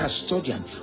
custodian